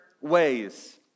ways